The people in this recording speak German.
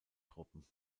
truppen